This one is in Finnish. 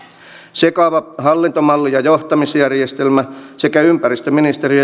sekava hallintomalli ja johtamisjärjestelmä sekä ympäristöministeriön